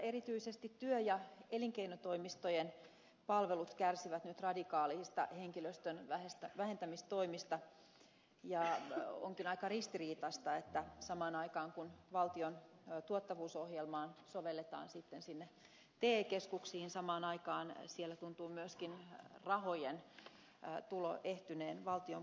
erityisesti työ ja elinkeinotoimistojen palvelut kärsivät nyt radikaaleista henkilöstön vähentämistoimista ja onkin aika ristiriitaista että kun valtion tuottavuusohjelmaa sovelletaan sinne te keskuksiin samaan aikaan siellä tuntuu myöskin rahojen tulo ehtyneen valtion puolelta